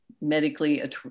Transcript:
medically